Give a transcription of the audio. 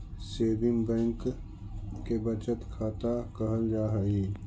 saving bank के बचत खाता कहल जा हइ